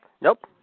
Nope